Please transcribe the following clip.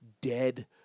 dead